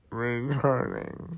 returning